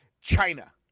China